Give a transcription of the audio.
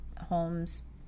homes